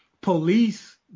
police